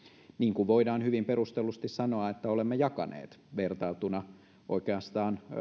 niin kuin voidaan hyvin perustellusti sanoa että olemme jakaneet vertailtuna oikeastaan